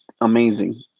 amazing